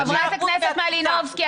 חברת הכנסת מלינובסקי,